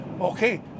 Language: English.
Okay